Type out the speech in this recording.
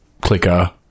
clicker